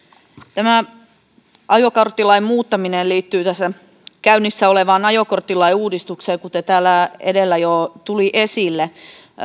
tämä ajokorttilain muuttaminen liittyy tässä käynnissä olevaan ajokorttilain uudistukseen kuten täällä edellä jo tuli esille